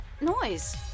noise